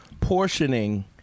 portioning